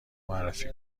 معرفی